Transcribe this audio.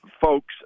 folks